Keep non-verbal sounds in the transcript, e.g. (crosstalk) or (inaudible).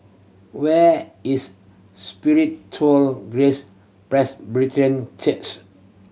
where is Spiritual Grace (unintelligible) Church